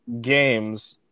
games